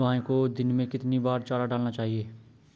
गाय को दिन में कितनी बार चारा डालना चाहिए?